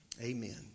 Amen